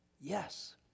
Yes